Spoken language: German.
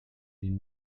die